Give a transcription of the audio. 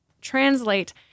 translate